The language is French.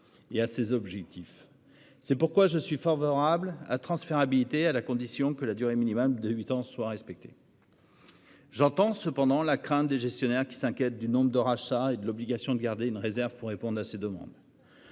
et à ses objectifs. C'est pourquoi je suis favorable à transférabilité, à la condition que la durée minimum de 8 ans soit respecté. J'entends cependant la crainte des gestionnaires qui s'inquiète du nombre de rachat et de l'obligation de garder une réserve pour répondre à ces demandes.